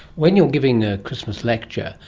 when you are giving a christmas lecture,